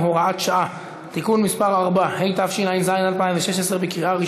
הודעה לסגן המזכירה.